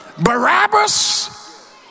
Barabbas